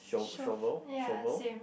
shove ya same